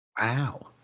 Wow